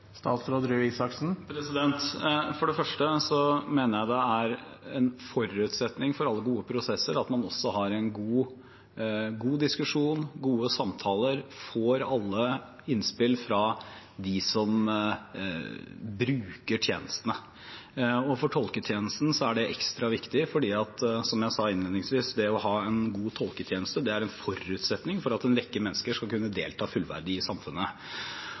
For det første mener jeg det er en forutsetning for alle gode prosesser at man også har en god diskusjon, gode samtaler, og får alle innspill fra dem som bruker tjenestene. For tolketjenesten er det ekstra viktig fordi, som jeg sa innledningsvis, det å ha en god tolketjeneste er en forutsetning for at en rekke mennesker skal kunne delta fullverdig i samfunnet.